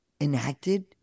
enacted